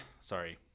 sorry